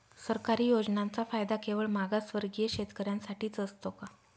सरकारी योजनांचा फायदा केवळ मागासवर्गीय शेतकऱ्यांसाठीच असतो का?